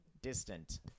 Distant